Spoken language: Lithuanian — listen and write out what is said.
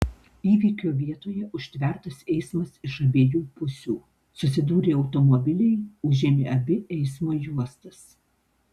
įvykio vietoje užtvertas eismas iš abiejų pusių susidūrė automobiliai užėmė abi eismo juostas